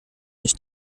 nicht